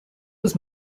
was